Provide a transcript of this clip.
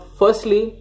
firstly